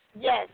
Yes